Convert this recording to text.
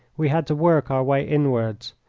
we had to work our way inwards,